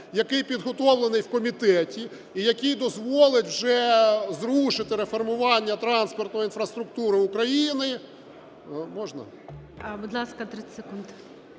який підготовлений в комітеті і який дозволить вже зрушити реформування транспортної інфраструктури України…